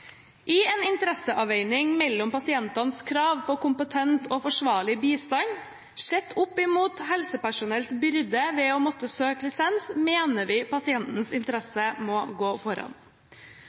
«I en interesseavveining mellom pasienters krav på kompetent og forsvarlig bistand sett opp mot helsepersonells byrde ved å måtte søke lisens, mener vi pasientens interesse må gå foran.»